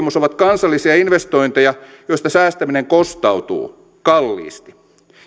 tutkimus ovat kansallisia investointeja joista säästäminen kostautuu kalliisti